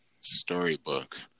Storybook